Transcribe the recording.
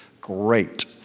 Great